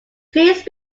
please